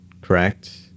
correct